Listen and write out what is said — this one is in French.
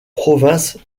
provinces